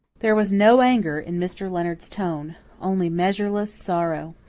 there was no anger in mr. leonard's tone only measureless sorrow.